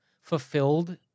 fulfilled